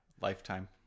Lifetime